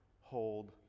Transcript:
hold